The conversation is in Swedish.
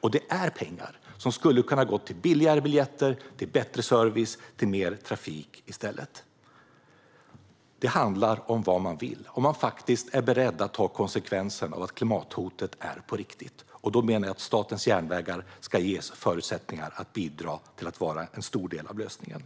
Och det är pengar som i stället skulle kunna gå till billigare biljetter, bättre service och mer trafik. Det handlar om vad man vill, om man faktiskt är beredd att ta konsekvensen av att klimathotet är på riktigt. Då menar jag att Statens järnvägar ska ges förutsättningar att bidra till att vara en stor del av lösningen.